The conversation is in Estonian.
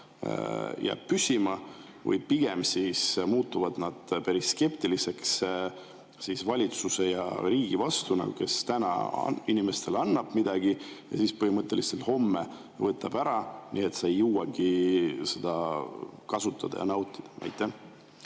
püsima või pigem muutuvad nad päris skeptiliseks valitsuse ja riigi suhtes, kes täna inimestele annab midagi ja põhimõtteliselt homme võtab ära, nii et sa ei jõuagi seda kasutada ja nautida? Aitäh!